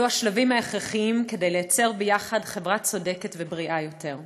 אלו השלבים ההכרחיים כדי לייצר ביחד חברה צודקת ובריאה יותר.